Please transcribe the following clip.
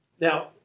Now